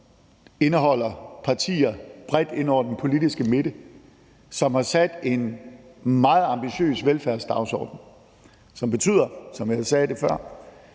indeholder partier bredt ind over den politiske midte, og som har sat en meget ambitiøs velfærdsdagsorden, som betyder, som jeg sagde det før,